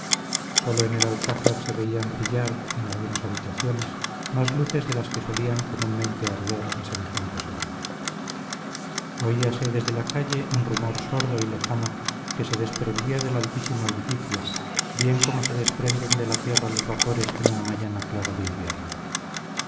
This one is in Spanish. sólo en el alcázar se veían brillar en algunas habitaciones más luces de las que solían comúnmente arder a semejantes horas oíase desde la calle un rumor sordo y lejano que se desprendía del altísimo edificio bien como se desprenden de la tierra los vapores en una mañana clara de invierno